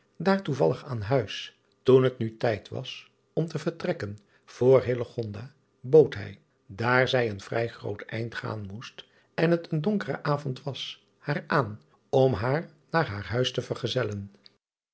daar toevallig aan huis oen het nu tijd was om te vertrekken voor bood hij daar zij een vrij groot eind gaan moest en het een donkere avond was haar aan om haar naar haar huis te vergezellen